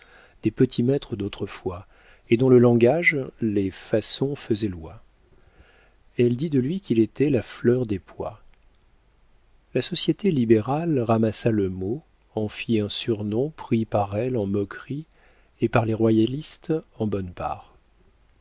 beaux des petits-maîtres d'autrefois et dont le langage les façons faisaient loi elle dit de lui qu'il était la fleur des pois la société libérale ramassa le mot en fit un surnom pris par elle en moquerie et par les royalistes en bonne part